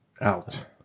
out